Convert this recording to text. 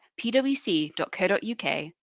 pwc.co.uk